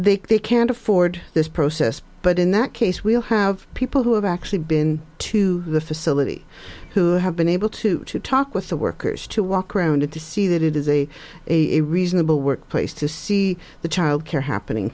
artisans they can't afford this process but in that case we'll have people who have actually been to the facility who have been able to talk with the workers to walk around to see that it is a reasonable work place to see the child care happening